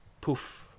poof